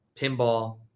pinball